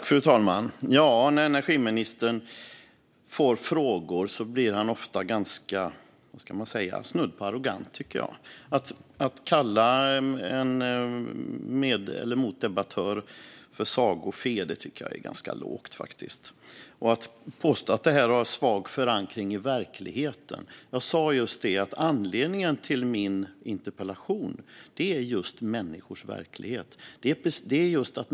Fru talman! När energiministern får frågor blir han ofta snudd på arrogant. Att kalla en motdebattör för sagofe är ganska lågt. Han påstår också att detta har svag förankring i verkligheten. Men jag sa just att anledningen till min interpellation är människors verklighet.